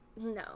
no